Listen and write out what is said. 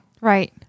Right